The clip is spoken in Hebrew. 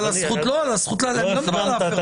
על הזכות, אני לא מדבר על ההפרה.